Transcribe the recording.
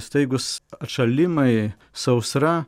staigūs atšalimai sausra